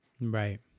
Right